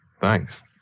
Thanks